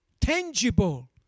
tangible